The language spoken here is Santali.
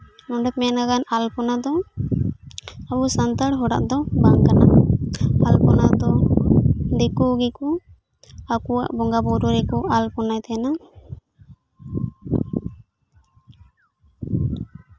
ᱱᱚᱰᱮ ᱢᱮᱱ ᱟᱠᱟᱱ ᱟᱞᱯᱚᱱᱟ ᱫᱚ ᱟᱵᱚ ᱥᱟᱱᱛᱟᱞ ᱦᱚᱲᱟᱜ ᱫᱚ ᱵᱟᱝ ᱠᱟᱱᱟ ᱟᱞᱯᱚᱱᱟ ᱫᱚ ᱫᱤᱠᱩ ᱜᱮᱠᱚ ᱟᱠᱚᱣᱟᱜ ᱵᱚᱸᱜᱟ ᱵᱩᱨᱩ ᱨᱮᱠᱚ ᱟᱞᱯᱚᱱᱟᱭᱮᱫ ᱛᱟᱦᱮᱸᱱᱟ